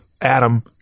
Adam